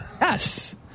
Yes